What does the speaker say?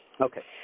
Okay